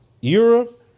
Europe